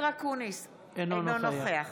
אינו נוכח